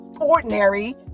ordinary